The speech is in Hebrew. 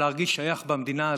להרגיש שייך במדינה הזאת,